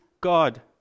God